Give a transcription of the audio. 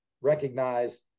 recognize